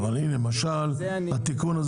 למשל התיקון הזה